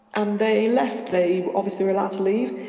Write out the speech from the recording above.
and they left. they obviously were allowed to leave.